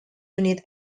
unit